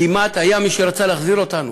כמעט היה מי שרצה להחזיר אותנו.